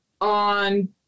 on